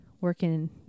working